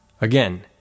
Again